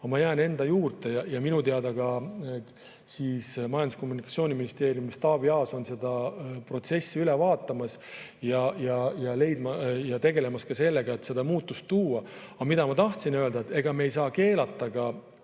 ma jään enda juurde. Minu teada ka Majandus‑ ja Kommunikatsiooniministeeriumis Taavi Aas on seda protsessi üle vaatamas ja tegelemas sellega, et seda muutust tuua. Aga ma tahtsin öelda, et ega me ei saa keelata ka